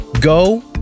Go